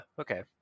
okay